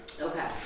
Okay